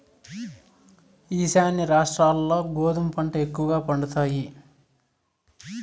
ఈశాన్య రాష్ట్రాల్ల గోధుమ పంట ఎక్కువగా పండుతాయి